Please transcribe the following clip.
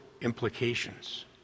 implications